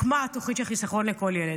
הוקמה התוכנית של חיסכון לכל ילד.